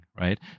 right